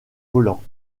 volants